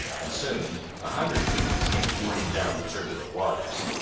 and soon a hundred canoes came leaping down the turbulent waters.